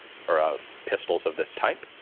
or um pistols of this type.